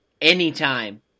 anytime